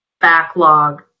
backlog